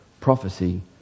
prophecy